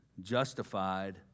justified